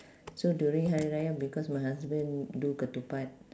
so during hari raya because my husband do ketupat